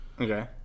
okay